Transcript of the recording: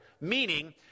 Meaning